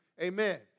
Amen